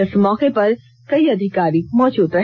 इस मौके पर कई अधिकारी मौजूद रहे